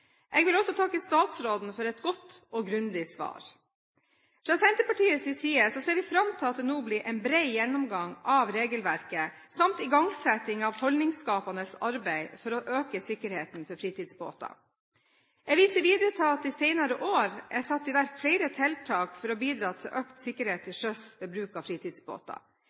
Jeg vil også takke statsråden for et godt og grundig svar. Fra Senterpartiets side ser vi fram til at det nå blir en bred gjennomgang av regelverket samt igangsetting av holdningsskapende arbeid for å øke sikkerheten for fritidsbåter. Jeg viser videre til at det de senere årene er satt i verk flere tiltak for å bidra til økt sikkerhet til sjøs ved bruk av fritidsbåter.